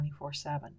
24-7